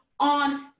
on